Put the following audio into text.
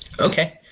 Okay